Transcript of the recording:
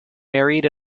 married